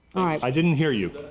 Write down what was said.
i didn't hear you.